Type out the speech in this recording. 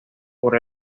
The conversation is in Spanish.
por